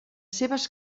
seves